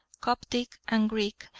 coptic and greek,